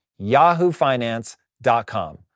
yahoofinance.com